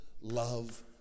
love